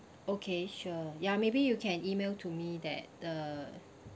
okay sure ya maybe you can email to me that the